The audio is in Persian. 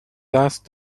دست